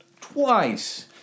twice